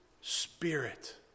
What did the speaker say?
spirit